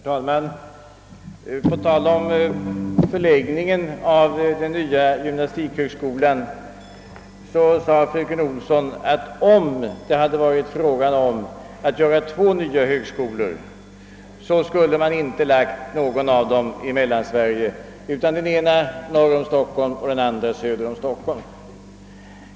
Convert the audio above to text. Herr talman! På tal om förläggningen av den nya gymnastikhögskolan sade fröken Olsson att om det hade varit frågan om att inrätta två nya högskolor, skulle man inte ha förlagt någon av dem i Mellansverige, utan den ena norr om Stockholm och den andra söder om Stockholm.